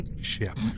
ship